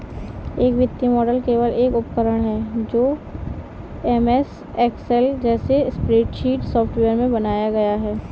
एक वित्तीय मॉडल केवल एक उपकरण है जो एमएस एक्सेल जैसे स्प्रेडशीट सॉफ़्टवेयर में बनाया गया है